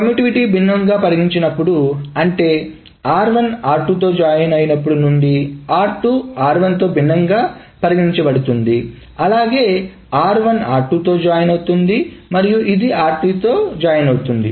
కమ్యుటివిటీని భిన్నంగా పరిగణించినప్పుడు అంటే నుండి భిన్నంగా పరిగణించబడుతుంది